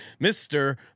Mr